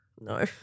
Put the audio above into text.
No